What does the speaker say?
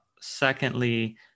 secondly